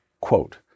quote